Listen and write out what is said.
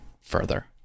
further